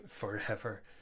forever